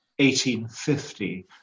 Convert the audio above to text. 1850